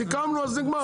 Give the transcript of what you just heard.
סיכמנו, אז נגמר.